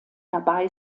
dabei